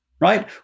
right